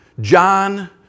John